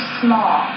small